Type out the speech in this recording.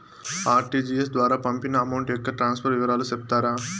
RTGS ద్వారా పంపిన amount యొక్క ట్రాన్స్ఫర్ వివరాలు సెప్తారా